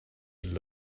would